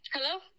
Hello